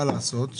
מה לעשות,